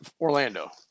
Orlando